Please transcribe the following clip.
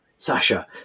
Sasha